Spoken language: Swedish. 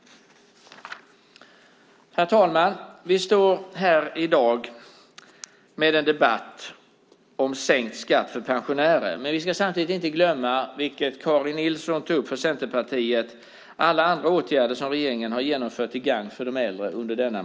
Herr talman! Vi för i dag en debatt om sänkt skatt för pensionärer. Samtidigt ska vi inte glömma, vilket Karin Nilsson från Centerpartiet tog upp, alla andra åtgärder som regeringen under denna mandatperiod genomfört till gagn för de äldre.